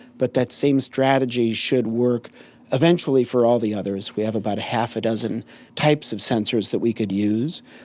but that same strategy should work eventually for all the others. we have about half a dozen types of sensors that we could use.